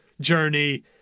Journey